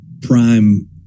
prime